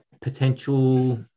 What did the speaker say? potential